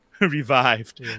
revived